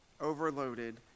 overloaded